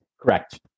Correct